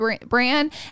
brand